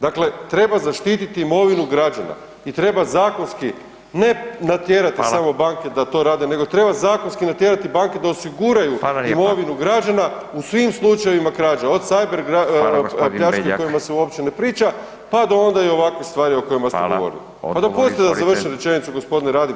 Dakle, treba zaštititi imovinu građana i treba zakonski ne natjerati samo banke da to rade, nego treba zakonski natjerati banke da osiguraju imovinu građana u svim slučajevima krađe od ciber pljački kojima se uopće ne priča [[Upadica Radin: Hvala gospodine Beljak.]] pa do onda i ovakvih stvar o kojima ste govorili [[Upadica Radin: Hvala.]] Pa dopustite da završim rečenicu gospodine Radin.